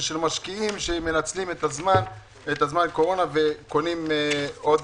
משקיעים שמנצלים את זמן הקורונה וקונים עוד